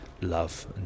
love